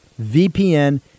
VPN